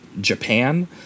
Japan